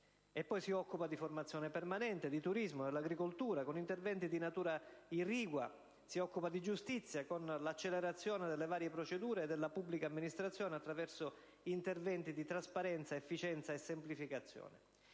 della formazione permanente; del turismo; dell'agricoltura, con interventi di natura irrigua; della giustizia, con l'accelerazione delle varie procedure; della pubblica amministrazione, attraverso interventi di trasparenza, efficienza e semplificazione.